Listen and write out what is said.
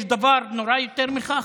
יש דבר נורא יותר מכך?